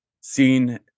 seen